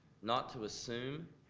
not to assume,